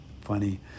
funny